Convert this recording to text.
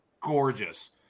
gorgeous